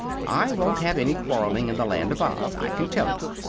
i won't have any quarrelling in the land of oz, i can tell you!